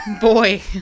boy